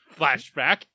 flashback